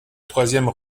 troisième